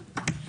התשס"א-2001,